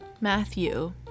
Matthew